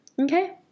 Okay